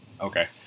Okay